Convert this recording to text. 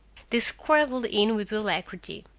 they scrambled in with alacrity.